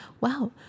Wow